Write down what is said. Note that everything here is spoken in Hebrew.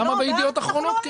למה ב"ידיעות אחרונות" כן?